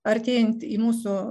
artėjant į mūsų